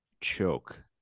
Choke